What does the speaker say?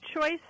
choice